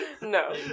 No